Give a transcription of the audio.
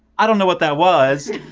i don't know what that was,